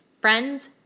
Friends